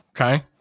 Okay